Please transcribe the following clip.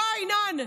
בוא, ינון.